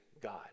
God